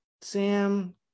Sam